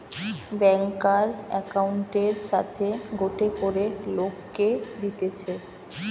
ব্যাংকার একউন্টের সাথে গটে করে লোককে দিতেছে